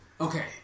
Okay